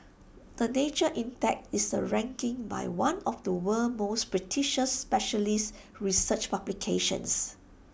the nature index is A ranking by one of the world's most prestigious specialist research publications